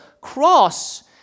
cross